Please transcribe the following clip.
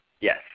Yes